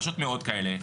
פשוט מאות כאלה,